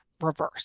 reverse